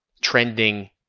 trending